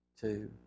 two